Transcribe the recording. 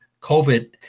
COVID